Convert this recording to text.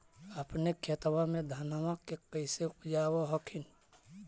अपने खेतबा मे धन्मा के कैसे उपजाब हखिन?